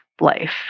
life